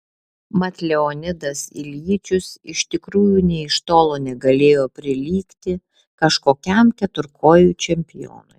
mat leonidas iljičius iš tikrųjų nė iš tolo negalėjo prilygti kažkokiam keturkojui čempionui